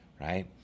right